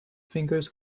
fingers